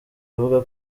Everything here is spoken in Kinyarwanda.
avuga